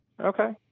Okay